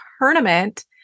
tournament